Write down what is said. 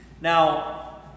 Now